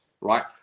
right